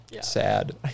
sad